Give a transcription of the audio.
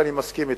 ואני מסכים אתך.